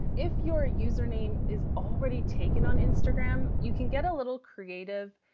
if your username is already taken on instagram, you can get a little creative,